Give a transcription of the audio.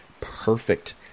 Perfect